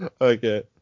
Okay